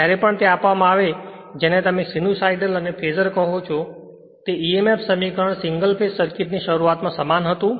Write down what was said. જ્યારે પણ તે આપવામાં આવે છે જેને તમે સિનુસાઇડલ અને ફેઝર કહો છો અને તે emf સમીકરણ સિંગલ ફેજ સર્કિટ ની શરૂઆત સમાન હતું